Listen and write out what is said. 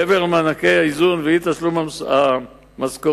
מעבר למענקי האיזון ואי-תשלום המשכורות